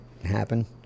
happen